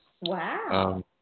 Wow